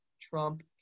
Trump